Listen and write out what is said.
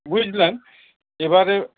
বুঝলেন এবারে